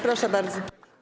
Proszę bardzo.